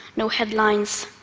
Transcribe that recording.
no headlines,